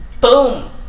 Boom